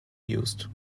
used